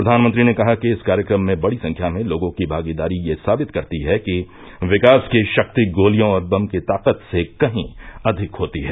प्रधानमंत्री ने कहा कि इस कार्यक्रम में बड़ी संख्या में लोगों की भागीदारी ये साबित करती है कि विकास की शक्ति गोलियों और बम की ताकत से कहीं अधिक होती है